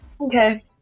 Okay